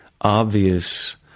obvious